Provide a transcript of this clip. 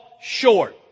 short